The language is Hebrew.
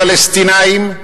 הפלסטינים,